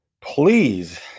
please